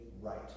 right